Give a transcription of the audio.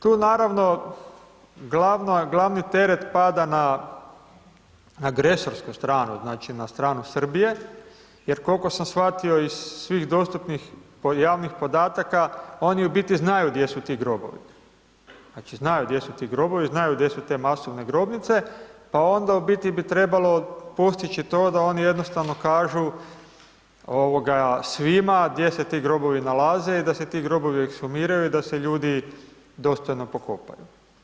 Tu naravno glavni teret pada na agresorsku stranu, znači, na stranu Srbije, jer koliko sam shvatio iz svih dostupnih javnih podataka, oni u biti znaju gdje su ti grobovi, znači, znaju gdje su ti grobovi, znaju gdje su te masovne grobnice, pa onda u biti bi trebalo postići to da oni jednostavno kažu svima gdje se ti grobovi nalaze i da se ti grobovi ekshumiraju i da se ljudi dostojno pokopaju.